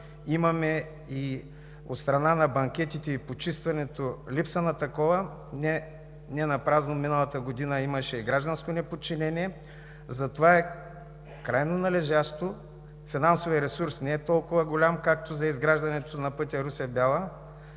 това от страна на банкетите и почистването – липса на такова. Ненапразно миналата година имаше гражданско неподчинение. Затова е крайно належащо – финансовият ресурс не е толкова голям, колкото за изграждането на пътя Русе – Бяла,